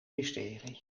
mysterie